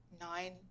nine